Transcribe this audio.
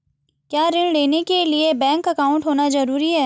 क्या ऋण लेने के लिए बैंक अकाउंट होना ज़रूरी है?